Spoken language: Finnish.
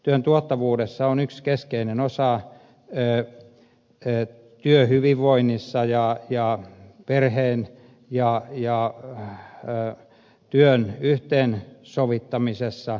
työn tuottavuudessa on yksi keskeinen osa työhyvinvoinnissa ja perheen ja työn yhteensovittamisessa